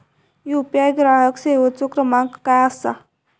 UPI ग्राहक सेवेचो क्रमांक काय असा?